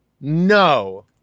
No